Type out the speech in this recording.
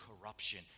corruption